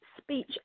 speech